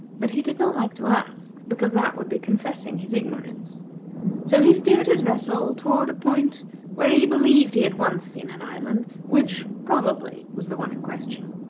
but he did not like to ask, because that would be confessing his ignorance so he steered his vessel toward a point where he believed he had once seen an island, which, probably, was the one in question.